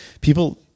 People